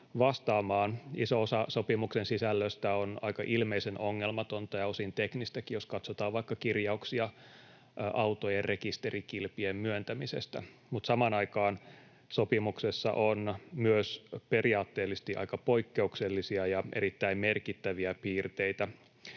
vastaamaan. Iso osa sopimuksen sisällöstä on aika ilmeisen ongelmatonta ja osin teknistäkin, jos katsotaan vaikka kirjauksia autojen rekisterikilpien myöntämisestä, mutta samaan aikaan sopimuksessa on myös periaatteellisesti aika poikkeuksellisia ja erittäin merkittäviä piirteitä